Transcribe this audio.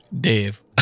Dave